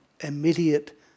immediate